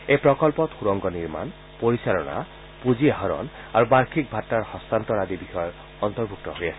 এই প্ৰকল্পত সুৰংগ নিৰ্মাণ পৰিচালনা পুঁজি আহৰণ আৰু বাৰ্ষিক ভাট্টাৰ হস্তান্তৰ আদি বিষয় অন্তৰ্ভুক্ত হৈ আছে